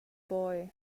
boy